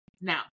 Now